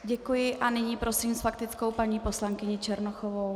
Děkuji a nyní prosím s faktickou paní poslankyni Černochovou.